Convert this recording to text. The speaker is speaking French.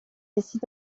décide